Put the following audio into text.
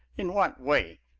in what way?